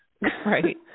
Right